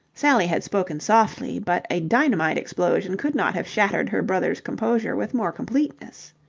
sally had spoken softly, but a dynamite explosion could not have shattered her brother's composure with more completeness.